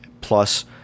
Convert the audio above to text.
plus